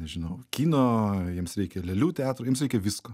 nežinau kino jiems reikia lėlių teatro jiems reikia visko